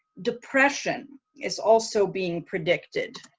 depression is also being predicted